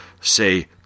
say